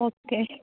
okay